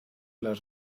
las